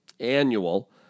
annual